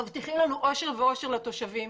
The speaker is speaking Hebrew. מבטיחים לנו אושר ועושר לתושבים,